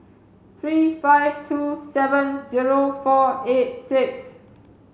three five two seven zero four eight six